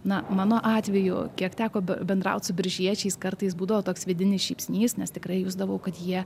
na mano atveju kiek teko bendraut su biržiečiais kartais būdavo toks vidinis šypsnys nes tikrai jusdavau kad jie